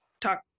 talk